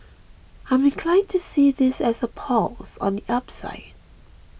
I'm inclined to see this as a pause on the upside